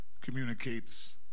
communicates